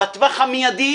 בטווח המיידי,